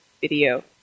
video